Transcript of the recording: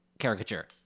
caricature